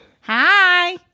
Hi